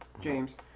James